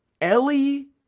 Ellie